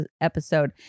episode